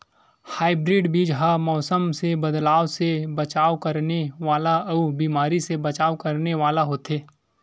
hybrid बीज हा मौसम मे बदलाव से बचाव करने वाला अउ बीमारी से बचाव करने वाला होथे